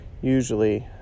usually